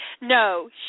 No